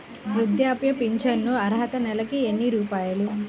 వృద్ధాప్య ఫింఛను అర్హత నెలకి ఎన్ని రూపాయలు?